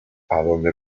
adonde